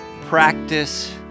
Practice